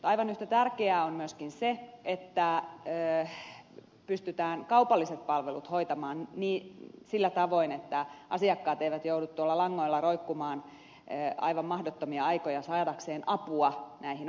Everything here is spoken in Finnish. aivan yhtä tärkeää on myöskin se että pystytään kaupalliset palvelut hoitamaan sillä tavoin että asiakkaat eivät joudu langoilla roikkumaan aivan mahdottomia aikoja saadakseen apua näihin ongelmiin